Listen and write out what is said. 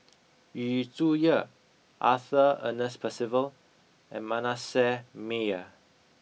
Yu Zhuye Arthur Ernest Percival and Manasseh Meyer